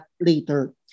later